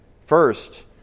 first